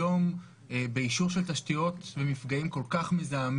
אין לי מושג איך עד היום באישור של תשתיות ומפגעים כל כך מזהמים,